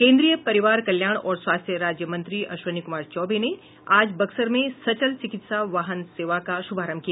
केन्द्रीय परिवार कल्याण और स्वास्थ्य राज्य मंत्री अश्विनी कुमार चौबे ने आज बक्सर में सचल चिकित्सा वाहन सेवा का शुभारंभ किया